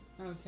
okay